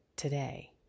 today